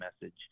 message